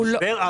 הוא במשבר עמוק.